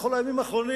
בכל הימים האחרונים,